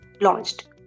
launched